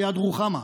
ליד רוחמה.